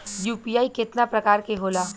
UPI केतना प्रकार के होला?